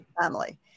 family